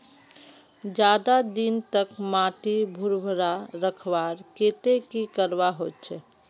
ज्यादा दिन तक माटी भुर्भुरा रखवार केते की करवा होचए?